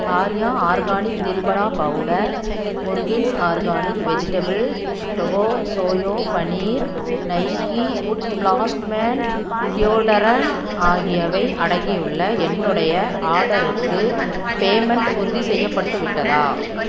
Arya organic triphala powder Murkins organic vegetable tofu soya paneer Nike wood blast man deodorant ஆகியவை அடங்கி உள்ள என்னுடைய ஆர்டருக்கு பேமெண்ட் உறுதிசெய்யப்பட்டு விட்டதா